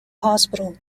hospital